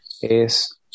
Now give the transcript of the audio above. es